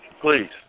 Please